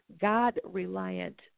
God-reliant